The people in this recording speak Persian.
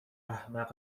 احمق